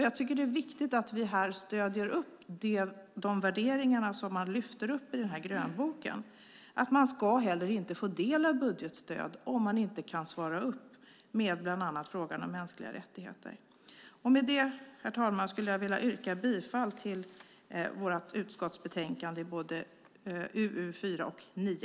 Jag tycker att det är viktigt att vi här stöder de värderingar som man lyfter upp i grönboken. Man ska heller inte få del av budgetstöd om man inte kan svara upp med bland annat frågan om mänskliga rättigheter. Med det, herr talman, skulle jag vilja yrka bifall till förslagen i våra utskottsutlåtanden UU4 och UU9.